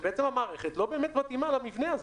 שבעצם המערכת לא באמת מתאימה למבנה הזה,